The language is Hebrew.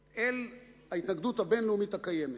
ההתנגדות הבין-לאומית הקיימת,